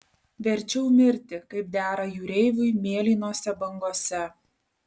verčiau mirti kaip dera jūreiviui mėlynose bangose